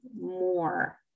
more